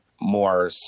more